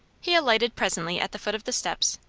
he alighted presently at the foot of the steps,